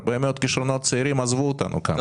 הרבה מאוד כישרונות צעירים עזבו אותנו כאן.